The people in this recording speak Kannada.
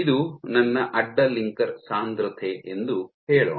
ಇದು ನನ್ನ ಅಡ್ಡ ಲಿಂಕರ್ ಸಾಂದ್ರತೆ ಎಂದು ಹೇಳೋಣ